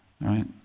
right